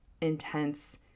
intense